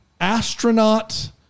astronaut